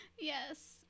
Yes